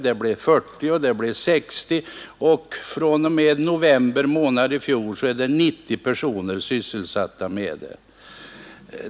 Det blev 40 personer och det blev 60 — och fr.o.m. november månad i fjol är 90 personer sysselsatta med detta utredningsarbete.